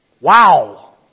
Wow